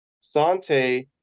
Sante